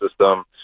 system